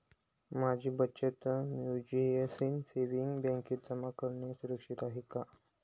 माझी बचत mutual savings बँकेत जमा करणे सुरक्षित आहे का